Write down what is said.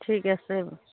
ঠিক আছে